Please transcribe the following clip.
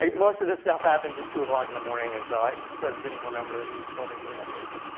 ah most of this stuff happens at two o'clock in the morning and so i sort of didn't remember that he was filming me that day. but